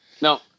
No